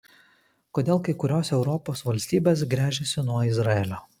kodėl kai kurios europos valstybės gręžiasi nuo izraelio